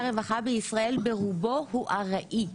בישראל ברובו הוא ארעי.